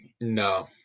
no